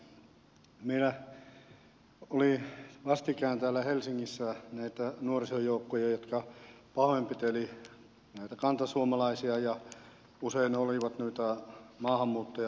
meillä oli vastikään täällä helsingissä näitä nuorisojoukkoja jotka pahoinpitelivät kantasuomalaisia ja usein olivat maahanmuuttajataustaisia